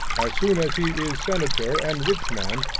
as soon as he is senator and rich man,